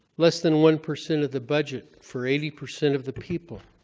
less than one percent of the budget for eighty percent of the people.